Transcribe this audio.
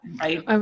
right